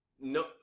No